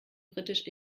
britisch